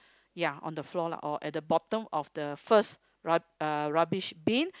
ya on the floor lah or at the bottom of the first rub~ uh rubbish bin